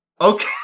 Okay